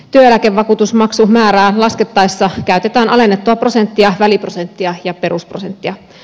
työeläkevakuutusmaksun määrää laskettaessa käytetään alennettua prosenttia väliprosenttia ja perusprosenttia